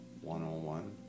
one-on-one